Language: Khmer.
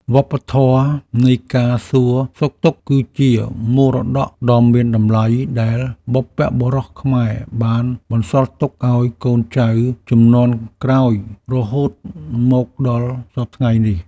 វប្បធម៌នៃការសួរសុខទុក្ខគឺជាមរតកដ៏មានតម្លៃដែលបុព្វបុរសខ្មែរបានបន្សល់ទុកឱ្យកូនចៅជំនាន់ក្រោយរហូតមកដល់សព្វថ្ងៃនេះ។